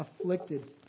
afflicted